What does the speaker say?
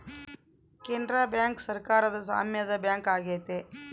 Canara bank ಸರಕಾರದ ಸಾಮ್ಯದ bank ಆಗೈತೆ